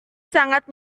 sangat